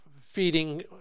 feeding